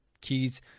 keys